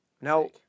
Now